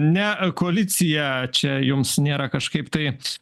ne koaliciją čia jums nėra kažkaip tai